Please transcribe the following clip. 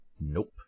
Nope